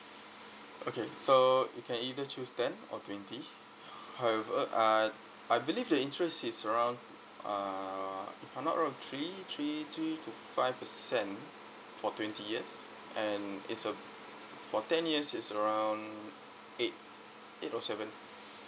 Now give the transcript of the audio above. okay so you can either choose ten or twenty however uh I believe the interest is around uh I'm not wrong three three three to five percent for twenty years and it's uh for ten years is around eight eight or seven